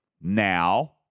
now